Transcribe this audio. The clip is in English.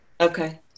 Okay